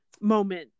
moment